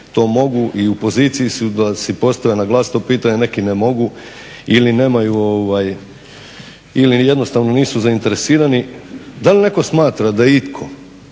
to mogu i u poziciji su da si postave na glas to pitanje, neki ne mogu ili jednostavno nisu zainteresirani, da li netko smatra da itko